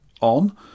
on